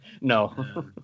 No